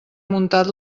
muntat